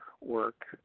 work